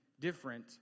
different